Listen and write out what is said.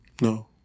No